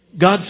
God